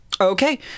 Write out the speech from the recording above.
Okay